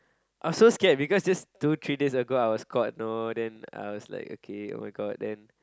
I was so scared because two three days ago I was caught know and then